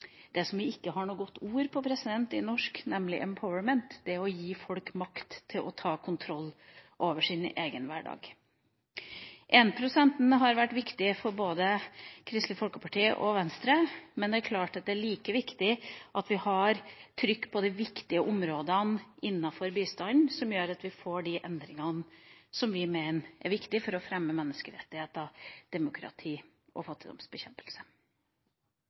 og det vi ikke har et godt ord for på norsk, nemlig «empowerment», som er å gi folk makt til å ta kontrollen over sin egen hverdag. 1 pst.-målet har vært viktig for både Kristelig Folkeparti og Venstre, men det er klart at det er like viktig at vi har trykk på de viktige områdene innenfor bistanden som gjør at vi får de endringene som vi mener er viktige for å fremme menneskerettigheter, demokrati og fattigdomsbekjempelse.